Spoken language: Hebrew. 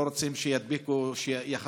שלא רצתה שיחזרו.